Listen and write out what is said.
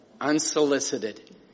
unsolicited